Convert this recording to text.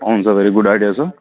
ఆ అవును sir very good idea sir